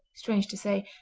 strange to say,